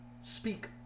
speak